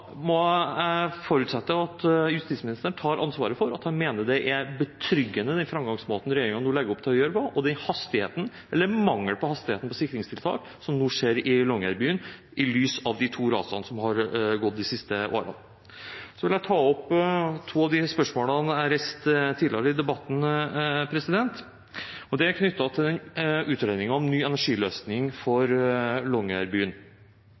må jeg forutsette at justisministeren tar ansvaret og mener at den framgangsmåten som regjeringen nå legger opp til, er betryggende – og også hastigheten, eller mangel på hastighet, på gjennomføring av sikringstiltak i Longyearbyen i lys av de to rasene som har gått de siste årene. Så vil jeg ta opp to av de spørsmålene jeg reiste tidligere i debatten, og de er knyttet til utredningen om ny energiløsning for